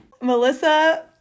Melissa